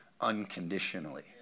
Unconditionally